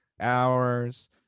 hours